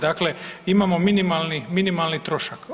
Dakle, imamo minimalni trošak.